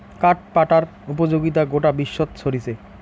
কাঠ পাটার উপযোগিতা গোটা বিশ্বত ছরিচে